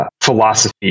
philosophy